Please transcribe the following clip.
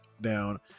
down